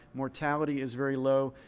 mortality is very low.